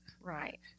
right